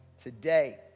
Today